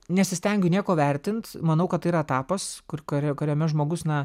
nesistengiu nieko vertint manau kad tai yra etapas kur kare kuriame žmogus na